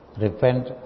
repent